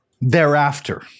thereafter